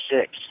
six